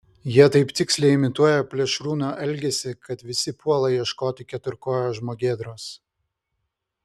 jie taip tiksliai imituoja plėšrūno elgesį kad visi puola ieškoti keturkojo žmogėdros